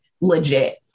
legit